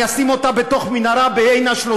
אני אשים אותה במנהרה בעין-השלושה